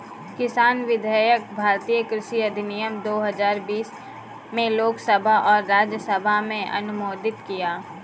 किसान विधेयक भारतीय कृषि अधिनियम दो हजार बीस में लोकसभा और राज्यसभा में अनुमोदित किया